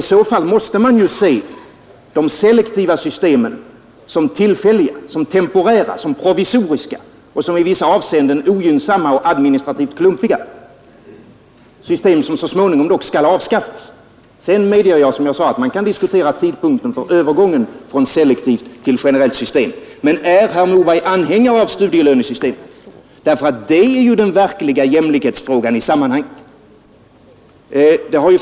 I så fall måste man se de selektiva systemen som temporära och provisoriska och som i vissa avseenden ogynnsamma och administrativt klumpiga — system som så småningom dock skall avskaffas. Jag medger, som jag sade, att man kan diskutera tidpunkten för övergången från selektivt till generellt system, men jag frågar: Är herr Moberg anhängare av studielönesystemet? Det är nämligen den verkliga jämlikhetsfrågan i sammanhanget.